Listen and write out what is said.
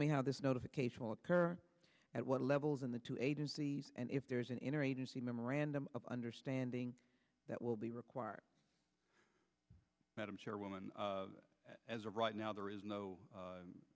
me how this notification will occur at what levels in the two agencies and if there is an interagency memorandum of understanding that will be required madam chairwoman as of right now there is no